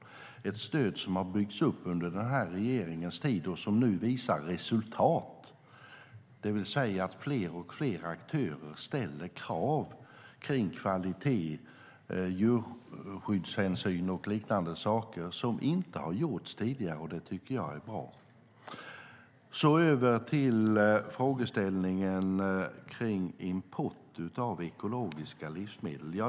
Det är ett stöd som har byggts upp under den här regeringens tid och som nu visar resultat. Fler och fler aktörer ställer krav på kvalitet, djurskyddshänsyn och liknande saker på ett sätt som inte varit fallet tidigare. Det tycker jag är bra. Jag går över till frågeställningen om import av ekologiska livsmedel.